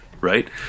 right